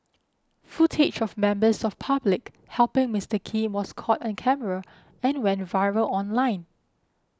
footage of members of public helping Mister Kim was caught on camera and went viral online